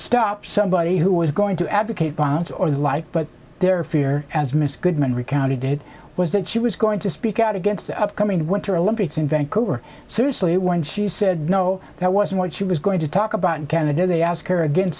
stop somebody who was going to advocate violence or the like but their fear as mr goodman recounted it was that she was going to speak out against the upcoming winter olympics in vancouver seriously when she said no that wasn't what she was going to talk about in canada they asked her again